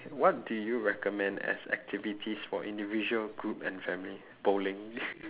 what do you recommend as activities for individual group and family bowling